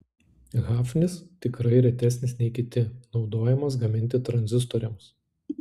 hafnis tikrai retesnis nei kiti naudojamas gaminti tranzistoriams